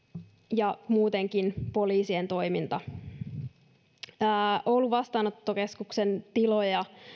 ja muutenkin poliisien toiminta saa lisäresursointia oulun vastaanottokeskuksen tiloja